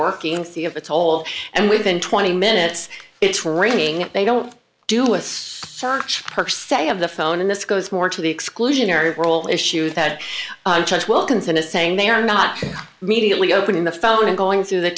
working see if it's old and within twenty minutes it's raining they don't do it search per se of the phone and this goes more to the exclusionary rule issues that church wilkinson is saying they are not immediately opening the phone and going th